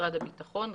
משרד הביטחון,